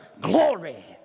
glory